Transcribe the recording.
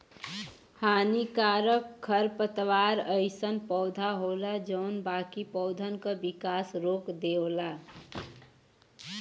हानिकारक खरपतवार अइसन पौधा होला जौन बाकी पौधन क विकास रोक देवला